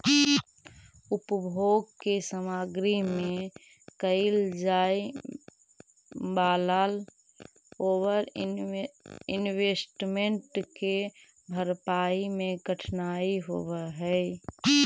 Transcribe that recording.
उपभोग के सामग्री में कैल जाए वालला ओवर इन्वेस्टमेंट के भरपाई में कठिनाई होवऽ हई